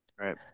right